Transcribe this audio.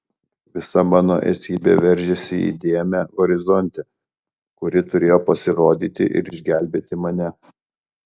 visa mano esybė veržėsi į dėmę horizonte kuri turėjo pasirodyti ir išgelbėti mane